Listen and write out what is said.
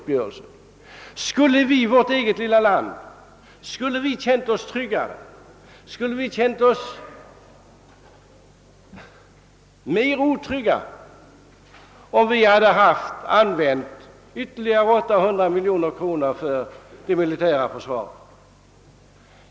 Skulle vi här i vårt lilla land ha känt oss mindre otrygga, om vi använt ytterligare 800 miljoner kronor på vårt militära försvar?